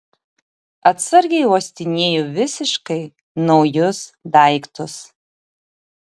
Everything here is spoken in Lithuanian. atsargiai uostinėju visiškai naujus daiktus